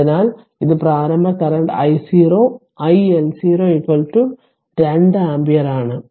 അതിനാൽ ഇത് പ്രാരംഭ current I0 i L0 2 ampere ആണ്